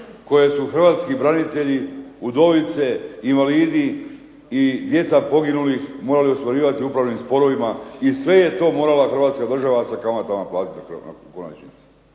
koji su Hrvatski branitelji, udovice, invalidi i djeca poginulih morali ostvarivati u upravnim sporovima i sve je to morala Hrvatska država sa kamatama platiti u konačnici.